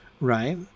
Right